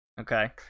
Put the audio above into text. Okay